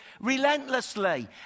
relentlessly